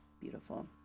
beautiful